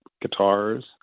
guitars